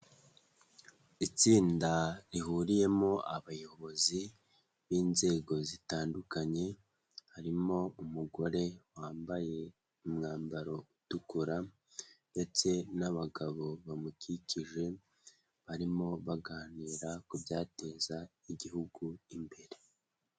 Itsinda rihuriyemo abayobozi b'inzego zitandukanye. Harimo umugore wambaye umwambaro utukura ndetse n'abagabo bamukikije, barimo baganira ku byateza Igihugu imbere.